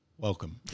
Welcome